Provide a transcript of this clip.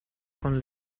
con